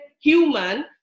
human